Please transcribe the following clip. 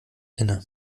inne